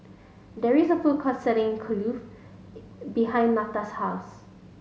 there is a food court selling Kulfi behind Netta's house